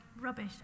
rubbish